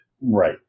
Right